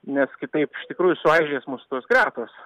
nes kitaip iš tikrųjų suaižės mūsų tos gretos